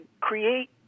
create